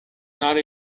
not